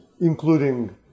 including